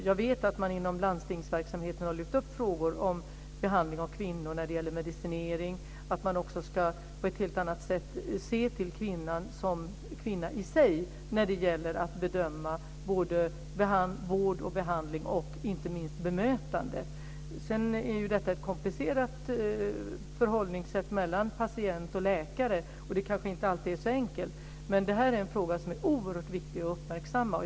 Jag vet att man inom landstingsverksamheten har lyft upp frågor om behandling av kvinnor när det gäller medicinering och att man också på ett helt annat sätt ska se till kvinnan som kvinna i sig när det gäller att bedöma både vård och behandling, och det gäller inte minst bemötandet. Sedan är det ett komplicerat förhållande mellan patient och läkare, och det kanske inte alltid är så enkelt. Men det här är en fråga som är oerhört viktig att uppmärksamma.